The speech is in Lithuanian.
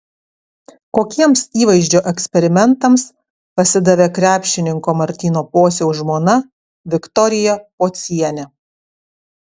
kokiems įvaizdžio eksperimentams pasidavė krepšininko martyno pociaus žmona viktorija pocienė